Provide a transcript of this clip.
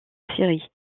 série